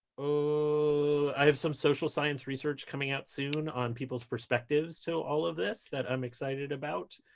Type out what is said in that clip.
oh, i have some social science research coming out soon on people's perspectives to all of this that i'm excited about.